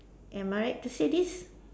am I right to say this